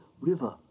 River